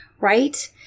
right